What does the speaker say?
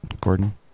Gordon